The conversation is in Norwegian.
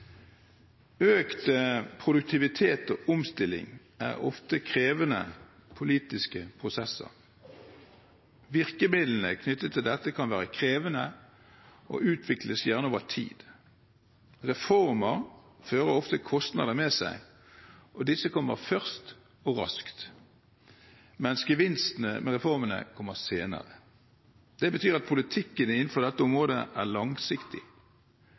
Økt produktivitet og omstilling er ofte krevende politiske prosesser. Virkemidlene knyttet til dette kan være krevende og utvikles gjerne over tid. Reformer fører ofte kostnader med seg, og disse kommer først og raskt, mens gevinstene ved reformene kommer senere. Det betyr at politikken innenfor dette området er langsiktig.